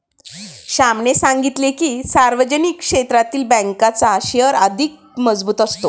श्यामने सांगितले की, सार्वजनिक क्षेत्रातील बँकांचा शेअर अधिक मजबूत असतो